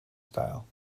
style